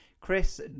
Chris